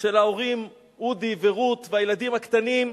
של ההורים אודי ורות והילדים הקטנים.